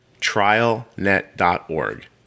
Trialnet.org